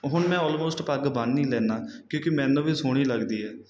ਹੁਣ ਮੈਂ ਆਲਮੋਸਟ ਪੱਗ ਬੰਐ ਹੀ ਲੈਨਾ ਕਿਉਂਕਿ ਮੈਨੂੰ ਵੀ ਸੋਹਣੀ ਲੱਗਦੀ ਹੈ